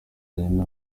nyina